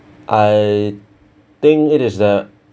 I think it is that